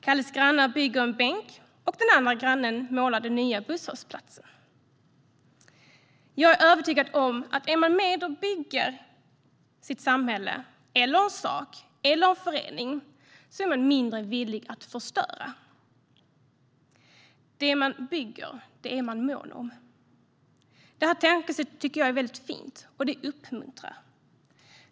Calles grannar bygger en bänk, och den andra grannen målar den nya busshållplatsen. Jag är övertygad om att om man är med och bygger sitt samhälle, eller en sak, eller en förening, så är man mindre villig att förstöra. Det man bygger är man mån om. Det här tankesättet tycker jag är väldigt fint, och det uppmuntrar.